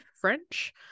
French